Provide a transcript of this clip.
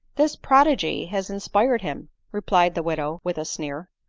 this prodigy has inspired him, replied the widow with a sneer.